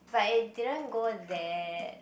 but it didn't go there